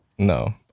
No